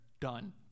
Done